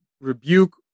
rebuke